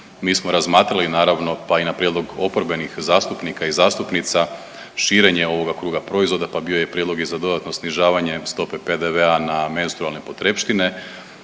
Mi smo razmatrali naravno pa i na prijedlog oporbenih zastupnika i zastupnica širenje ovoga kruga proizvoda, pa bio je prijedlog i za dodatno snižavanje stope PDV-a na menstrualne potrepštine.